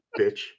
bitch